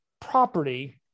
property